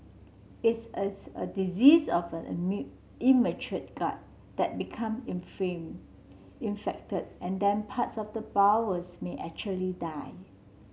it's a a disease of an immature gut that become inflamed infected and then parts of the bowels may actually die